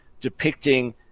depicting